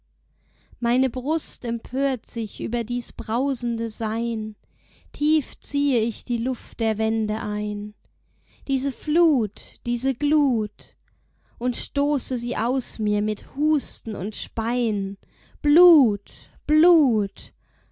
meine brust empört sich über dies brausende sein tief ziehe ich die luft der wände ein diese flut diese glut und stoße sie aus mir mit husten und speien blut blut